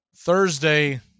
Thursday